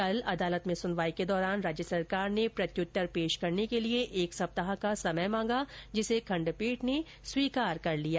कल अदालत में सुनवाई के दौरान राज्य सरकार ने प्रत्युत्तर पेश करने के लिए एक सप्ताह का समय मांगा जिसे खंडपीठ ने स्वीकार कर लिया